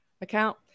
account